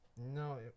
No